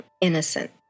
innocent